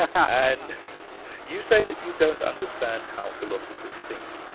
ah and you say that you don't understand how philosophers think.